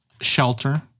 shelter